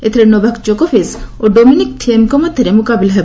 ଏଥିରେ ନୋଭାକ୍ ଜୋକୋଭିଚ୍ ଓ ଡୋମିନିକ୍ ଥିଏମ୍ଙ୍କ ମଧ୍ୟରେ ମ୍ରକାବିଲା ହେବ